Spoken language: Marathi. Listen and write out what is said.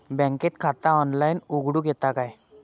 बँकेत खाता ऑनलाइन उघडूक येता काय?